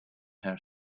her